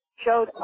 showed